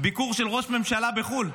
ביקור של ראש ממשלה בחו"ל,